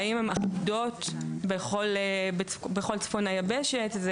והאם הן אחידות בכל צפון היבשת.